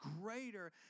greater